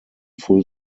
full